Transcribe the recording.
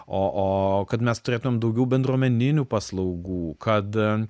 o o kad mes turėtumėm daugiau bendruomeninių paslaugų kad